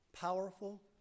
powerful